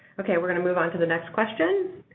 okay. we're going to move on to the next question.